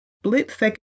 Split-second